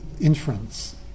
inference